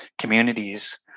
communities